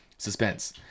Suspense